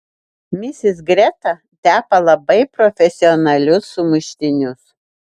misis greta tepa labai profesionalius sumuštinius